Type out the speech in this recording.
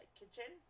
kitchen